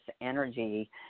energy